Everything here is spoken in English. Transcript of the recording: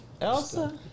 Elsa